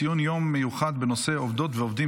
ציון יום מיוחד בנושא: עובדות ועובדים